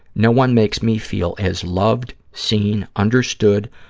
no one makes me feel as loved, seen, understood,